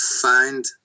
find